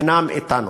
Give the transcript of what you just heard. אינם אתנו.